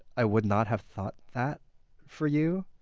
i would not have thought that for you.